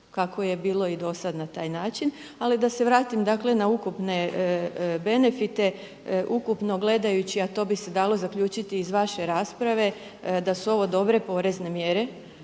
kako je bilo i dosada na taj način. Ali da se vratim dakle na ukupne benefite, ukupno gledajući a to bi se dalo zaključiti iz vaše rasprave da su ovo dobre porezne mjere